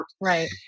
Right